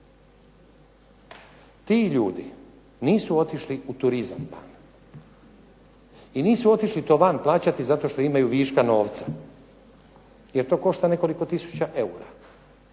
Ti ljudi nisu otišli u turizam van i nisu otišli to van plaćati zato što imaju viška novca, jer to košta nekoliko tisuća eura.